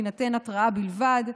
תינתן התראה בלבד.